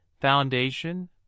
foundation